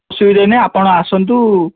ଅସୁବିଧା ନାହିଁ ଆପଣ ଆସନ୍ତୁ